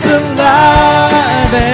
alive